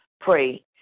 pray